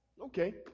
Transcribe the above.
okay